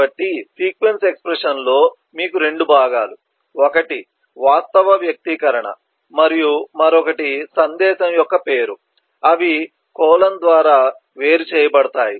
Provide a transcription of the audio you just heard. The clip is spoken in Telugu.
కాబట్టి సీక్వెన్స్ ఎక్స్ప్రెషన్లో మీకు 2 భాగాలు ఒకటి వాస్తవ వ్యక్తీకరణ మరియు మరొకటి సందేశం యొక్క పేరు అవి కోలన్ ద్వారా వేరు చేయబడతాయి